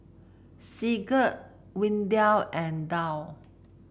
Sigurd Windell and Dow